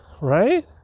Right